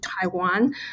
taiwan